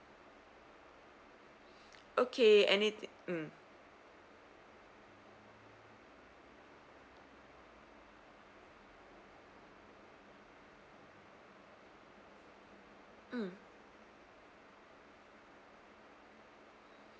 okay anythi~ mm mm